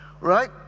Right